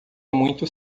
muito